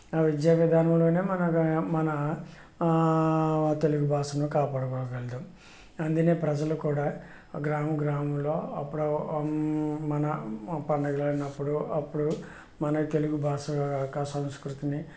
ఆ విద్యా విధానంలోనే మన మన తెలుగు భాషను కాపాడుకోగలుగుతాం అందుకే ప్రజలు కూడా గ్రామం గ్రామంలో అప్పుడు మన పండుగలు ఉన్నప్పుడు అప్పుడప్పుడు మన తెలుగు భాష యొక్క సంస్కృతిని